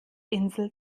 insel